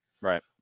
right